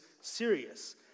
serious